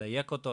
לדייק אותו,